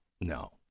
no